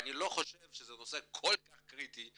ואני לא חושב שזה נושא כל כך קריטי,